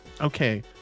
okay